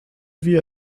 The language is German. wir